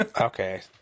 Okay